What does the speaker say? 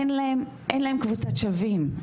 אין להם קבוצת שווים.